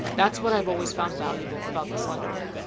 that's what i've always found valuable about the slender man.